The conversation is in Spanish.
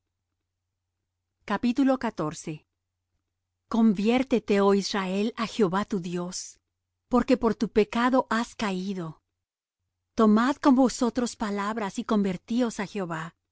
serán abiertas conviértete oh israel á jehová tu dios porque por tu pecado has caído tomad con vosotros palabras y convertíos á jehová